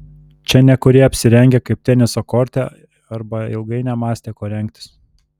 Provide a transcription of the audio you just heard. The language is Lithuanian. čia nekurie apsirengę kaip teniso korte arba ilgai nemąstė kuo rengtis